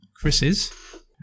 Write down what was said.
Chris's